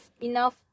enough